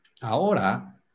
ahora